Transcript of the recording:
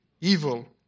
evil